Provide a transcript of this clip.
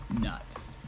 nuts